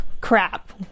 crap